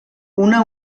una